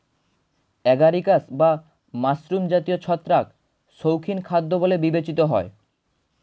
agaricus বা mushroom জাতীয় ছত্রাক শৌখিন খাদ্য বলে বিবেচিত হয়